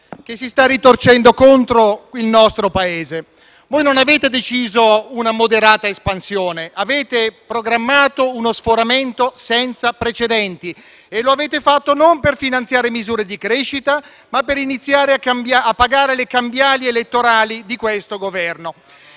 che si sta ritorcendo contro il nostro Paese. Voi non avete deciso una moderata espansione, ma avete programmato uno sforamento senza precedenti e lo avete fatto non per finanziare misure di crescita, ma per iniziare a pagare le cambiali elettorali di questo Governo.